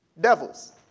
devils